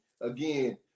again